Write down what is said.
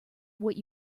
what